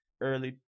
early